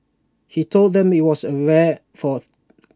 he told them that IT was rare for